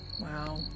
Wow